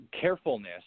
carefulness